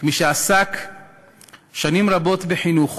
כמי שעסק שנים רבות בחינוך,